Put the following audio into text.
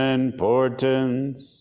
importance